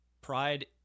pride